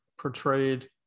portrayed